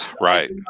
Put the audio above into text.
Right